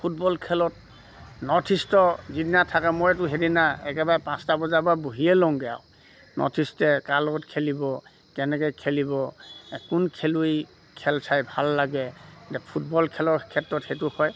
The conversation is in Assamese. ফুটবল খেলত নৰ্থ ইষ্টৰ যিদিনা থাকে মইতো সেইদিনা একেবাৰে পাঁচটা বজাৰ পৰা বহিয়ে লওঁগে আৰু নৰ্থ ইষ্টে কাৰ লগত খেলিব কেনেকে খেলিব কোন খেলুৱৈ খেল চাই ভাল লাগে এতিয়া ফুটবল খেলৰ ক্ষেত্ৰত সেইটো হয়